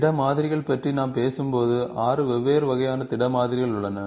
திட மாதிரிகள் பற்றி நாம் பேசும்போது 6 வெவ்வேறு வகையான திட மாதிரிகள் உள்ளன